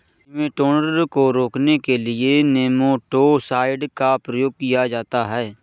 nematode को रोकने के लिए नेमाटो साइड का प्रयोग किया जाता है